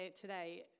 today